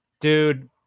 dude